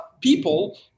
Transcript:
people